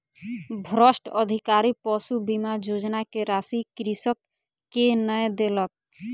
भ्रष्ट अधिकारी पशु बीमा योजना के राशि कृषक के नै देलक